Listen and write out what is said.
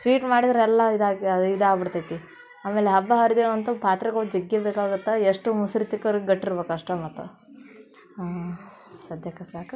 sweet ಮಾಡಿದ್ರೆ ಎಲ್ಲ ಇದಾಗಿ ಅದು ಇದು ಆಗಿಬಿಡ್ತೈತಿ ಆಮೇಲೆ ಹಬ್ಬ ಹರಿದಿನ ಅಂತೂ ಪಾತ್ರೆಗಳು ಜಗ್ಗಿ ಬೇಕಾಗುತ್ತೆ ಎಷ್ಟು ಮುಸ್ರೆ ತಿಕ್ಕೋರು ಗಟ್ಟಿರ್ಬೇಕು ಅಷ್ಟೇ ಮತ್ತು ಸದ್ಯಕ್ಕೆ ಸಾಕು